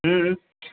हुँ